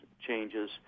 changes